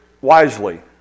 wisely